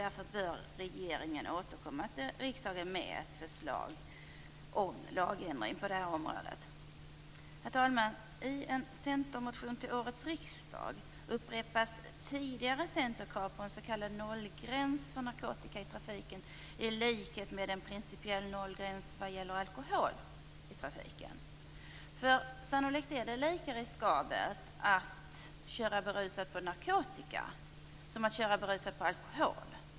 Därför bör regeringen återkomma till riksdagen med ett förslag om lagändring på detta område. Herr talman! I en centermotion till årets riksdag upprepas tidigare centerkrav på en s.k. nollgräns för narkotika i trafiken i likhet med en principiell nollgräns vad gäller alkohol i trafiken. Sannolikt är det lika riskabelt att köra berusad på narkotika som att köra berusad på alkohol.